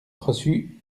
reçut